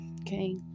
okay